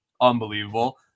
unbelievable